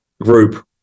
group